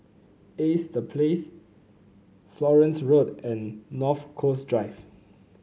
Ace The Place Florence Road and North Coast Drive